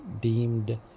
deemed